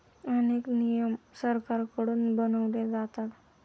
अनेक नियम सरकारकडून बनवले जातात